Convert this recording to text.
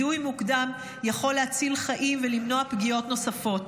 זיהוי מוקדם יכול להציל חיים ולמנוע פגיעות נוספות.